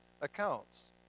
accounts